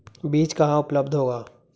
बीज कहाँ उपलब्ध होगा?